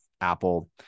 Apple